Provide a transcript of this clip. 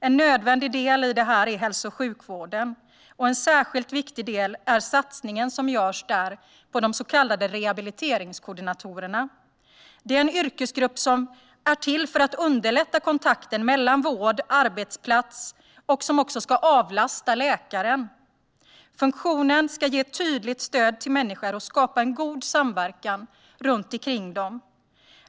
En nödvändig del i detta är hälso och sjukvården, och en särskilt viktig del är den satsning som där görs på de så kallade rehabiliteringskoordinatorerna. Det är en yrkesgrupp som är till för att underlätta kontakten mellan vård och arbetsplats, och den ska också avlasta läkaren. Funktionen ska ge tydligt stöd till människor och skapa en god samverkan runt omkring dem.